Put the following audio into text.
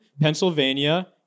Pennsylvania